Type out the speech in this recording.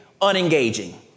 unengaging